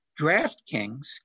DraftKings